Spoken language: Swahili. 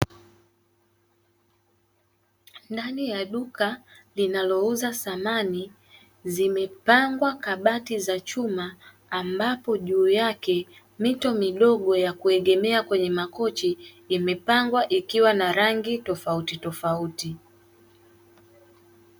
Ndani ya duka linalouza samani zimepangwa kabati za chuma ambapo juu yake mito midogo ya kuegemea kwenye makochi, imepangwa ikiwa na rangi tofauti tofauti.